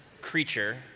creature